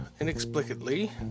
inexplicably